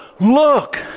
look